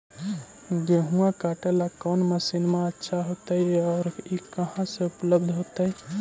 गेहुआ काटेला कौन मशीनमा अच्छा होतई और ई कहा से उपल्ब्ध होतई?